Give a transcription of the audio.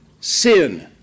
sin